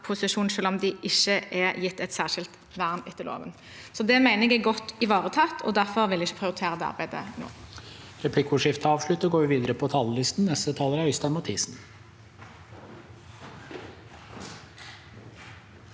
selv om de ikke er gitt et særskilt vern etter loven. Det mener jeg er godt ivaretatt, og derfor vil jeg ikke prioritere det arbeidet nå.